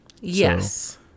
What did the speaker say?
yes